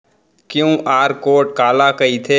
QR code काला कहिथे?